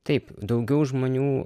taip daugiau žmonių